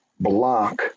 block